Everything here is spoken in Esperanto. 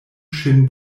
ŝin